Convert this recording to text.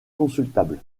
consultable